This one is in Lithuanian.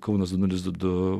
kaunas du nulis du du